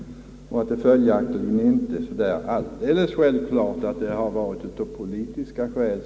Det är följaktligen inte så alldeles självklart att Aftonbladet intagit en sådan hållning av politiska skäl.